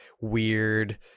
weird